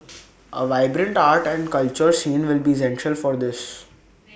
A vibrant arts and culture scene will be essential for this